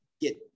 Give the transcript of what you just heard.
get